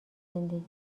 زندگی